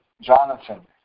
Jonathan